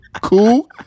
cool